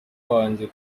wanjye